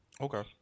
Okay